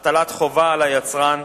הטלת חובה על יצרן,